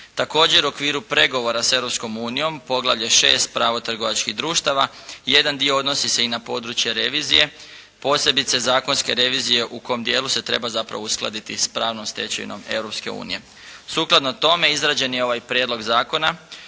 Također u okviru pregovora s Europskom unijom, poglavlje 6 – Pravo trgovačkih društava, jedan dio odnosi se i na područje revizije, posebice zakonske revizije u kom dijelu se treba zapravo uskladiti s pravnom stečevinom Europske unije. Sukladno tome, izrađen je ovaj Prijedlog zakona